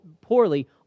poorly